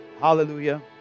Hallelujah